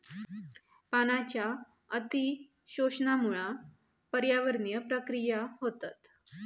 पाण्याच्या अती शोषणामुळा पर्यावरणीय प्रक्रिया होतत